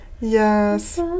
Yes